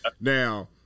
Now